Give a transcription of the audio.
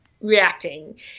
reacting